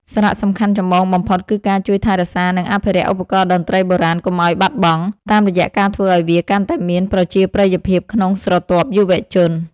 សារៈសំខាន់ចម្បងបំផុតគឺការជួយថែរក្សា និងអភិរក្សឧបករណ៍តន្ត្រីបុរាណកុំឱ្យបាត់បង់ តាមរយៈការធ្វើឱ្យវាកាន់តែមានប្រជាប្រិយភាពក្នុងស្រទាប់យុវជន។